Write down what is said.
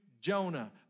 Jonah